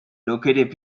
located